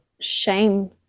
shame